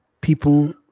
people